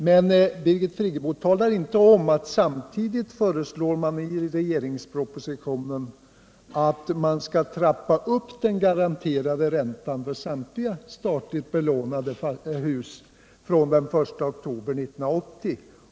Men Birgit Friggebo talade inte om att det i propositionen samtidigt föreslås att man skall trappa upp den garanterade räntan för samtliga statligt belånade hus fr.o.m. den 1 oktober 1980.